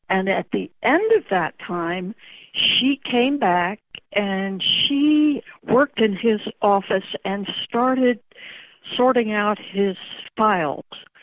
and at the end of that time she came back and she worked in his office and started sorting out his files.